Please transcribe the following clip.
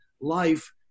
life